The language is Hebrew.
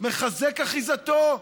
מחזק אחיזתו,